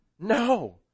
No